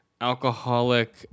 Alcoholic